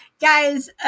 guys